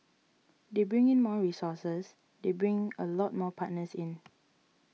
they bring in more resources they bring a lot more partners in